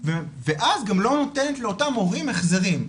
ואז גם לא נותנת לאותם הורים החזרים,